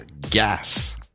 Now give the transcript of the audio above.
gas